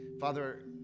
Father